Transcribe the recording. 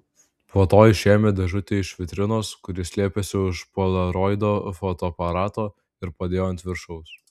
po to išėmė dėžutę iš vitrinos kur ji slėpėsi už polaroido fotoaparato ir padėjo ant viršaus